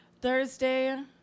Thursday